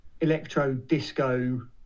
electro-disco